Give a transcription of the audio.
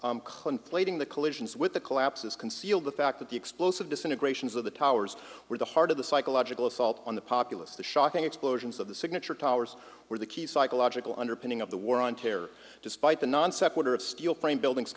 collisions with the collapses conceal the fact that the explosive disintegrations of the towers were the heart of the psychological assault on the populace the shocking explosions of the signature towers were the key psychological underpinning of the war on terror despite the non sequitur of steel framed buildings